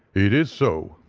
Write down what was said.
it is so,